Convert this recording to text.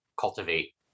cultivate